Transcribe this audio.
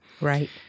Right